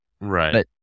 Right